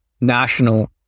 national